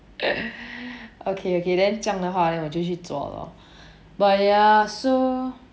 okay okay then 这样的话 then 我就去做 lor but ya so